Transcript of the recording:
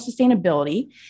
Sustainability